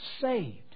saved